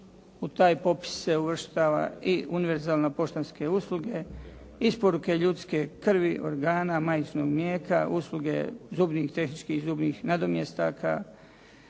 u taj popis se uvrštava i univerzalna na poštanske usluge, isporuke ljudske krvi, organa, majčinog mlijeka, usluge zubnih i tehničkih i zubnih nadomjestaka,